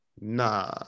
nah